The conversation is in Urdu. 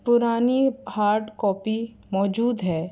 پرانی ہارڈ کاپی موجود ہے